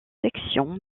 section